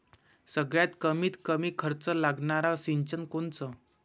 सगळ्यात कमीत कमी खर्च लागनारं सिंचन कोनचं?